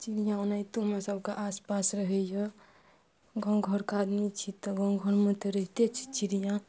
चिड़िआ ओनाहितो हमरा सबके आसपास रहैया गाँव घरके आदमी छी तऽ गाँव घरमे तऽ रहिते छै चिड़िआ